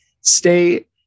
Stay